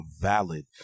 valid